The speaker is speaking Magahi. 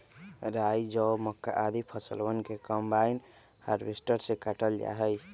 राई, जौ, मक्का, आदि फसलवन के कम्बाइन हार्वेसटर से काटल जा हई